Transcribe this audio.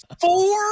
Four